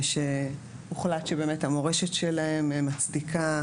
שהוחלט שבאמת המורשת שלהם מצדיקה.